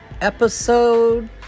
episode